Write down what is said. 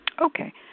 Okay